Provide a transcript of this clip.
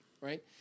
Right